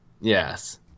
Yes